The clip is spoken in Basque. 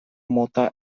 mota